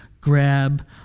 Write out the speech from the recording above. grab